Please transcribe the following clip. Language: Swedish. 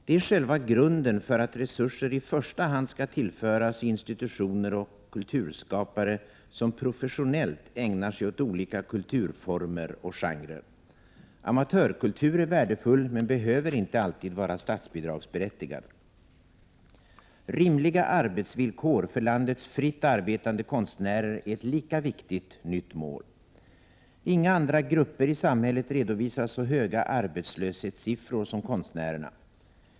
Det är själva grunden för att resurser i första hand skall tillföras institutioner och kulturskapare som professionellt ägnar sig åt olika kulturformer och kulturgenrer. Amatörkultur är värdefull men behöver inte alltid vara statsbidragsberättigad. Rimliga arbetsvillkor för landets fritt arbetande konstnärer är ett lika viktigt nytt mål. Inga andra grupper i samhället redovisar så höga arbetslöshetssiffror som konstnärerna.